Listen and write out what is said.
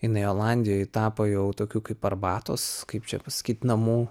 jinai olandijoj tapo jau tokių kaip arbatos kaip čia pasakyt namu